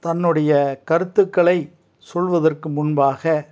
தன்னுடைய கருத்துக்களை சொல்வதற்கு முன்பாக